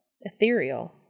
ethereal